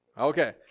Okay